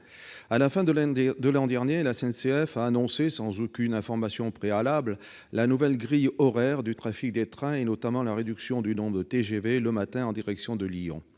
À la fin de l'année dernière, la SNCF a annoncé, sans aucune information préalable, la nouvelle grille horaire du trafic des trains, notamment la réduction du nombre de TGV le matin en direction de Lyon.